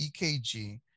EKG